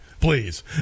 please